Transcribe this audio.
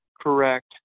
Correct